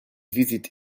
visit